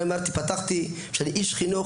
פתחתי בזה שאני איש חינוך,